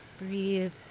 Breathe